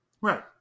Right